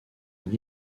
une